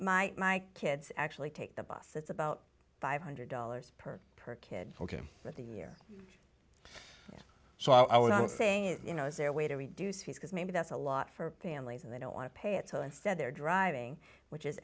my my kids actually take the bus it's about five hundred dollars per per kid ok but the year so i would say is you know is there a way to reduce fees because maybe that's a lot for families and they don't want to pay it so i said they're driving which is